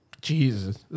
Jesus